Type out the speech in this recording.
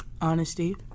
Honesty